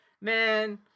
Man